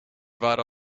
waren